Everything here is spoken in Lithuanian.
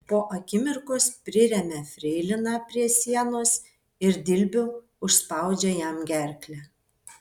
po akimirkos priremia freiliną prie sienos ir dilbiu užspaudžia jam gerklę